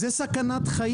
אבל אין ספק שתג המחיר